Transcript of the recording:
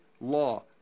law